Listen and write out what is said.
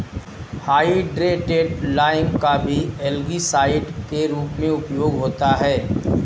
hydrated lime का भी algicide के रूप में उपयोग होता है